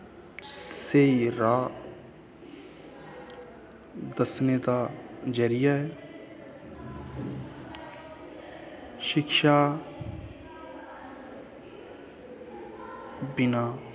स्हेई राह् दस्सने दा जरिया ऐ शिक्षा बिना